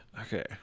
okay